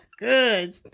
Good